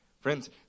Friends